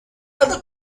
other